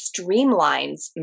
streamlines